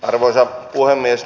arvoisa puhemies